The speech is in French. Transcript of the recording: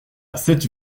cette